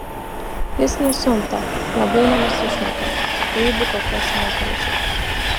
jis nesiunta labai nenusišneka eibių kol kas nekrečia